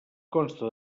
consta